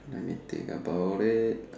I need think about it